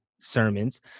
sermons